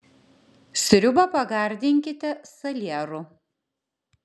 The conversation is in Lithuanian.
sriubą pagardinkite salieru